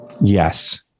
Yes